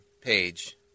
page